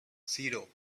zero